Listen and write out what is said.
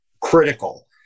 critical